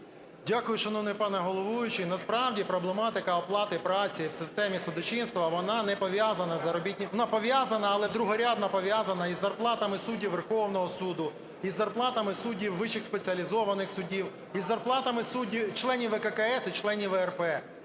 Дякую, шановний пане головуючий. Насправді проблематика оплаті праці в системі судочинства, вона не пов'язана з… вона пов'язана, але другорядно пов'язана із зарплатами суддів Верховного Суду, із зарплатами суддів вищих спеціалізованих судів, із зарплатами членів ВККС і членів ВРП.